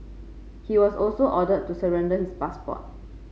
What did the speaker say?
he was also ordered to surrender his passport